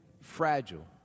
fragile